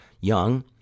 Young